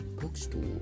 bookstore